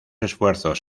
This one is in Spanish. esfuerzos